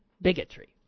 bigotry